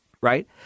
right